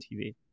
TV